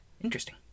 interesting